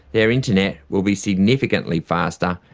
their internet will be significantly faster,